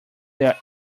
that